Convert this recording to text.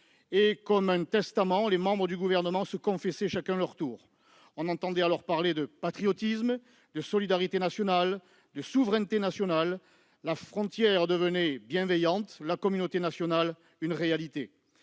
en guise de testament, venaient se confesser chacun leur tour. On entendait alors parler de patriotisme, de solidarité nationale, de souveraineté nationale. La frontière devenait bienveillante ; la communauté nationale, une réalité.